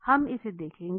हम इसे देखेंगे